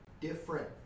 different